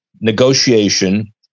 negotiation